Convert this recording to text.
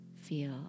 feel